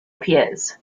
piers